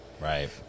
Right